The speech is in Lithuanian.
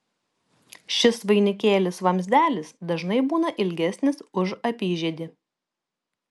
šis vainikėlis vamzdelis dažnai būna ilgesnis už apyžiedį